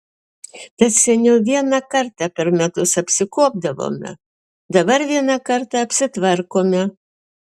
tad seniau vieną kartą per metus apsikuopdavome dabar vieną kartą apsitvarkome